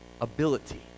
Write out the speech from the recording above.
Ability